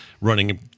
running